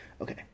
okay